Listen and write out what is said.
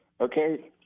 Okay